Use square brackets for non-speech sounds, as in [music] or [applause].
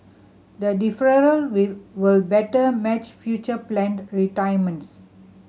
the deferral [unintelligible] will better match future planned retirements